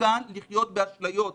מסוכן לחיות באשליות.